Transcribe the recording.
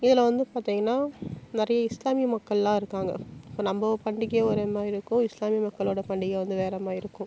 இதில் வந்து பார்த்தீங்கன்னா நிறையா இஸ்லாமிய மக்கள்லாம் இருக்காங்க இப்போ நம்ம பண்டிகை ஒரு மாதிரி இருக்கும் இஸ்லாமியர் மக்களோடய பண்டிகை வந்து வேற மாதிரி இருக்கும்